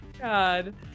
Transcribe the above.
God